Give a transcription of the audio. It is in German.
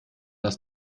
das